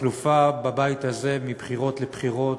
התחלופה בבית הזה מבחירות לבחירות,